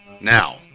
Now